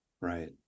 right